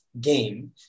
game